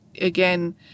again